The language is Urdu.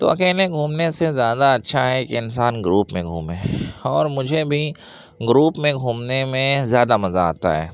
تو اکیلے گھومنے سے زیادہ اچھا ہے کہ انسان گروپ میں گھومے اور مجھے بھی گروپ میں گھومنے میں زیادہ مزہ آتا ہے